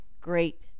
great